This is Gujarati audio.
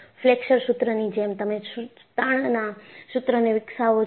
ફ્લેક્સર સૂત્રની જેમ તમે તાણના સૂત્રને વિકસાવો છો